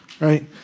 right